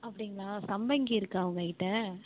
அப்படிங்களா சம்மங்கி இருக்கா உங்கள் கிட்டே